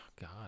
God